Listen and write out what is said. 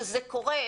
שזה קורה,